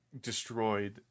destroyed